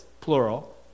plural